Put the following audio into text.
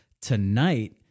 Tonight